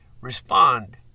respond